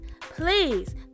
please